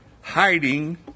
hiding